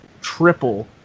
triple